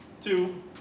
two